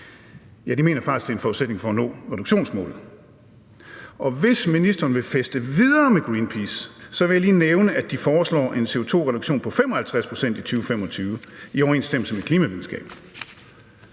– de mener faktisk, at det er en forudsætning for at nå reduktionsmålet – og hvis ministeren vil feste videre med Greenpeace, vil jeg lige nævne, at de foreslår en CO2-reduktion på 55 pct. i 2025 i overensstemmelse med klimavidenskaben.